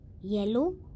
yellow